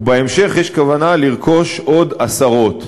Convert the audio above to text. ובהמשך יש כוונה לרכוש עוד עשרות.